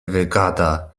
wygada